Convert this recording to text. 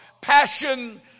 passion